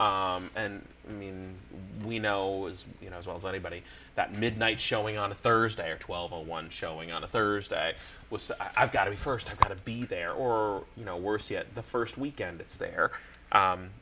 and i mean what we know is you know as well as anybody that midnight showing on a thursday or twelve a one showing on a thursday was i've got to be first i got to be there or you know worse yet the first weekend it's there